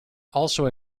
also